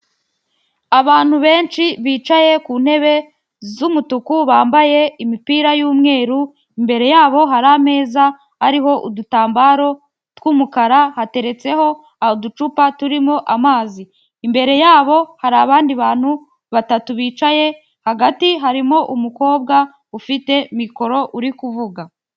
Abantu benshi bicaye ku ntebe z'umutuku bambaye imipira y'umweru, imbere yabo hari ameza ariho udutambaro tw'umukara hateretseho uducupa turimo amaz,i imbere yabo hari abandi bantu batatu bicaye hagati harimo umukobwa ufite mikoro uri kuvuga.